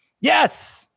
Yes